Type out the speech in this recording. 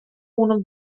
uno